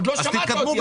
עוד לא שמעת אותי.